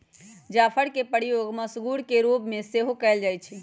जाफरके प्रयोग मसगुर के रोग में सेहो कयल जाइ छइ